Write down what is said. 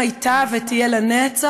אלעזר שטרן,